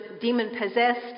demon-possessed